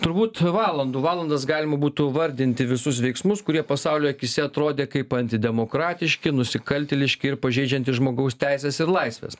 turbūt valandų valandas galima būtų vardinti visus veiksmus kurie pasaulio akyse atrodė kaip antidemokratiški nusikaltėliški ir pažeidžiantys žmogaus teises ir laisves